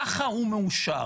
ככה הוא מאושר,